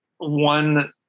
one